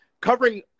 covering